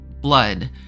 blood